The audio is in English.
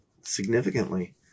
significantly